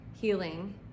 healing